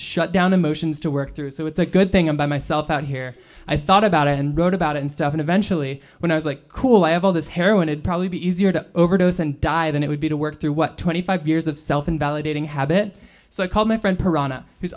shutdown emotions to work through so it's a good thing i'm by myself out here i thought about it and wrote about it and stuff and eventually when i was like cool i have all this heroin it probably be easier to overdose and die than it would be to work through what twenty five years of self invalidating habit so i called my friend